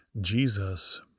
Jesus